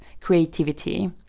creativity